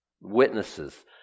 witnesses